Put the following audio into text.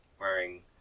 wearing